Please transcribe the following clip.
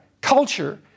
culture